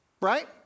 right